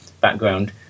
background